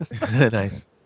Nice